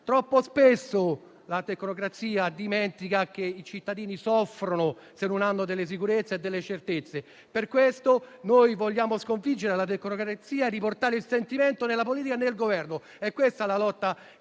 Troppo spesso la tecnocrazia dimentica che i cittadini soffrono se non hanno sicurezze e certezze e per questo vogliamo sconfiggere la tecnocrazia, riportando il sentimento nella politica e nel Governo. È questa la lotta dei